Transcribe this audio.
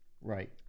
Right